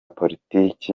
politiki